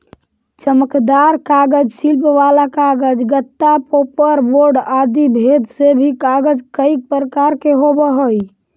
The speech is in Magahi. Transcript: चमकदार कागज, शिल्प वाला कागज, गत्ता, पोपर बोर्ड आदि भेद से भी कागज कईक प्रकार के होवऽ हई